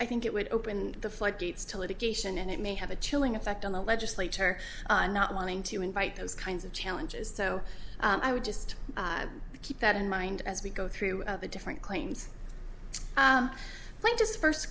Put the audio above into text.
i think it would open the floodgates to litigation and it may have a chilling effect on the legislature not wanting to invite those kinds of challenges so i would just keep that in mind as we go through the different claims